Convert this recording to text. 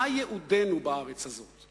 מה ייעודנו בארץ הזאת?